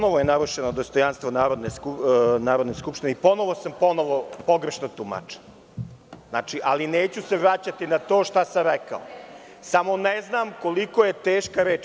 Ponovo je narušeno dostojanstvo Narodne skupštine i ponovo sam pogrešno tumačen, ali neću se vraćati na to šta sam rekao, samo ne znam koliko je teška reč.